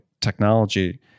technology